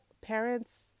parents